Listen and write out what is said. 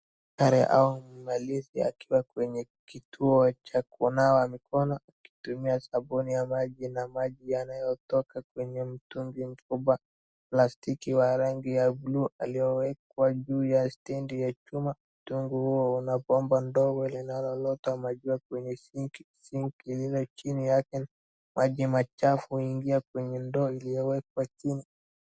Askari au mwangalizi akiwa kwenye kituo cha kunawa mikono akitumia sabuni na maji yanayotoka kwenye mtungi mkubwa wa plastiki wa rangi ya buluu yaliyowekwa juu ya standi ya chuma, mtungi huo una bomba ndogo linaloleta maji kwenye sinki, sinki lile chini yake maji machafu huingia kwenye ndoo iliyowekwa chini.